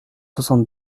soixante